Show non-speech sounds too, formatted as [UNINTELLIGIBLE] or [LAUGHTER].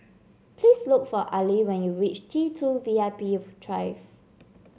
please look for Ali when you reach T two V I P [UNINTELLIGIBLE]